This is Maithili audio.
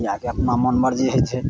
मीडियाके अपना मन मर्जी होइ छै